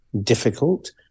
difficult